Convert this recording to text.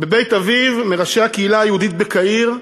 בבית אביו, מראשי הקהילה היהודית בקהיר,